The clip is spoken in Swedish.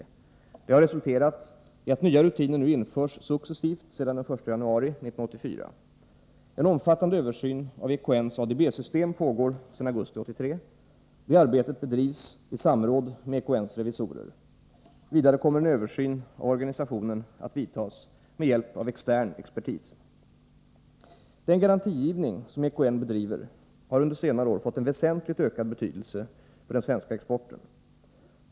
Detta har resulterat i att nya rutiner nu införs successivt sedan den 1 januari 1984. En omfattande översyn av EKN:s ADB-system pågår sedan augusti 1983. Detta arbete bedrivs i samråd med EKN:s revisorer. Vidare kommer en översyn av organisationen att vidtas med hjälp av extern expertis. Den garantigivning som EKN bedriver har under senare år fått en väsentligt ökad betydelse för den svenska exporten.